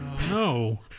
No